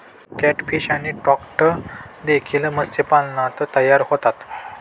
catfish आणि trout देखील मत्स्यपालनात तयार होतात